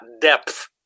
depth